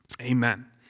Amen